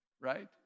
right